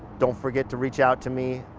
don't forget to reach out to me.